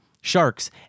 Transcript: sharks